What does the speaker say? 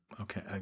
Okay